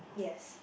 yes